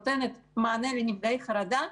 קופת החולים שנותנת מענה לנפגעי חרדה,